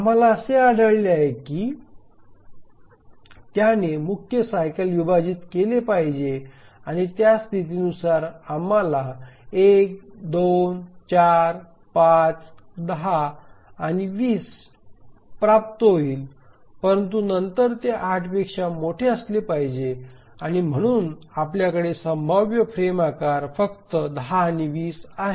आम्हाला असे आढळले आहे की त्याने मुख्य सायकल विभाजित केले पाहिजे आणि त्या स्थितीनुसार आम्हाला 1 2 4 5 10 आणि 20 प्राप्त होईल परंतु नंतर ते 8 पेक्षा मोठे असले पाहिजे आणि म्हणून आपल्याकडे संभाव्य फ्रेम आकार फक्त 10 आणि 20 आहे